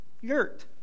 yurt